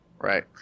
right